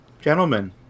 gentlemen